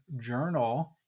Journal